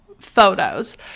photos